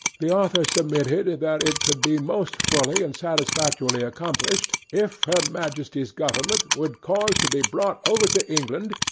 the author submitted that it could be most fully and satisfactorily accomplished, if her majesty's government would cause to be brought over to england,